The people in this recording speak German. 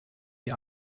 sie